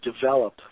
develop